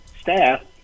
staff